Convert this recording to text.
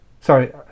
Sorry